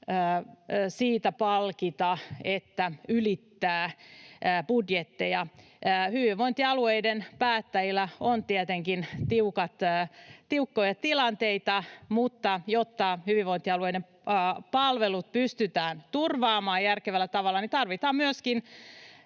siitä, että ylittää budjetteja. Hyvinvointialueiden päättäjillä on tietenkin tiukkoja tilanteita, mutta jotta hyvinvointialueiden palvelut pystytään turvaamaan järkevällä tavalla, tarvitaan myöskin